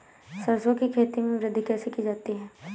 सरसो की खेती में वृद्धि कैसे की जाती है?